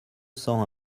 cent